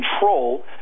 control